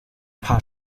paar